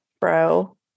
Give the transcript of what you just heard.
bro